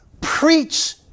Preach